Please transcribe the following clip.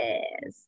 Yes